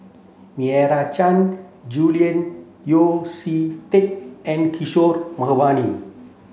Meira Chand Julian Yeo See Teck and Kishore Mahbubani